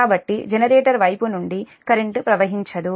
కాబట్టి జనరేటర్ వైపు నుండి కరెంట్ ప్రవహించదు